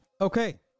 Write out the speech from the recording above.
Okay